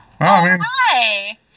hi